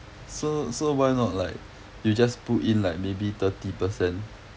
so so why not like you just put in like maybe thirty percent